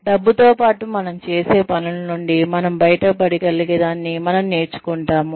డబ్బుతో పాటు మనం చేసే పనుల నుండి మనం బయటపడగలిగేదాన్ని మనం నేర్చుకుంటాము